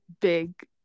big